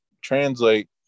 translate